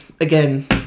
Again